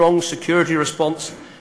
אנשים יעזבו,